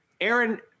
Aaron